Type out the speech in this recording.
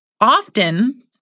Often